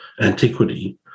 antiquity